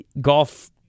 golf